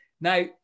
Now